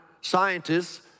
scientists